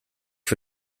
for